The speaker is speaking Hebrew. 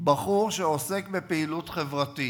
בחור שעוסק בפעילות חברתית.